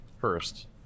first